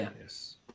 yes